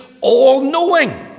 all-knowing